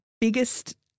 biggest